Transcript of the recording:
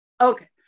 Okay